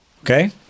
okay